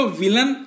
villain